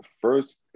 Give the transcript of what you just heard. First